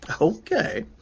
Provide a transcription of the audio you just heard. Okay